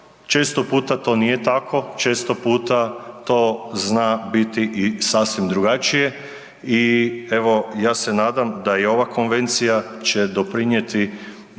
često puta to nije tako, često puta to zna biti i sasvim drugačije i evo ja se nadam da i ova konvencija će doprinjeti